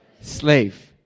Slave